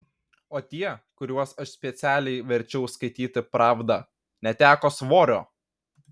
o tie kuriuos aš specialiai verčiau skaityti pravdą neteko svorio